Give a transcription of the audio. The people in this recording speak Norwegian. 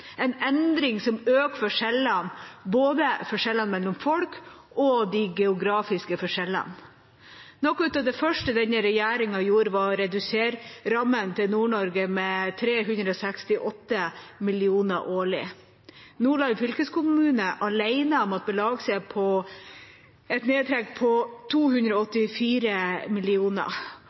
en endring som øker forskjellene, både forskjellene mellom folk og de geografiske forskjellene. Noe av det første denne regjeringa gjorde, var å redusere rammene til Nord-Norge med 368 mill. kr årlig. Nordland fylkeskommune alene måtte belage seg på et nedtrekk på 284